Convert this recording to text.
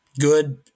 good